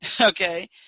Okay